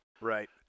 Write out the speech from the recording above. Right